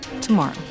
tomorrow